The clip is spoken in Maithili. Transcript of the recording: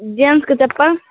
जेन्सके चप्पल